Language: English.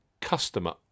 customer